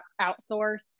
outsource